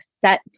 set